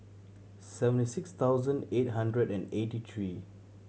seventy six thousand eight hundred and eighty three